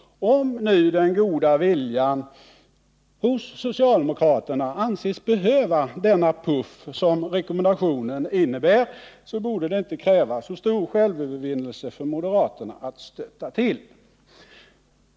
Om nu den goda viljan hos socialdemokraterna anses behöva den puff som denna rekommendation innebär, borde det inte kräva så stor självövervinnelse för moderaterna att stötta till.